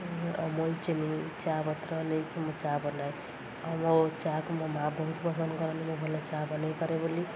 ଅମୂଲ ଚିନି ଚା ପତ୍ର ନେଇକି ମୁଁ ଚା ବନାଏ ଆଉ ମୋ ଚା କୁ ମୋ ମାଆ ବହୁତ ପସନ୍ଦ କରନ୍ତି ମୁଁ ଭଲ ଚା ବନାଇପାରେ ବୋଲି